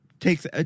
takes